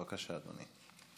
בבקשה, אדוני.